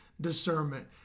Discernment